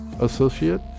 associate